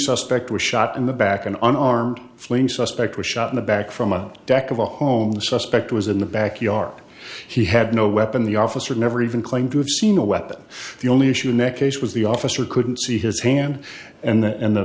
suspect was shot in the back an unarmed fleeing suspect was shot in the back from a deck of a home the suspect was in the back yard he had no weapon the officer never even claimed to have seen a weapon the only issue neck case was the officer couldn't see his hand and then and the